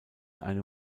einem